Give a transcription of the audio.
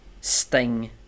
Sting